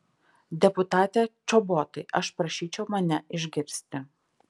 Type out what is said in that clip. deputate čobotai aš prašyčiau mane išgirsti